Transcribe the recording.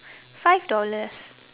five dollars